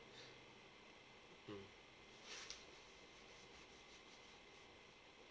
mm